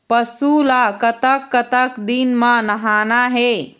पशु ला कतक कतक दिन म नहाना हे?